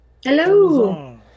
Hello